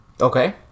Okay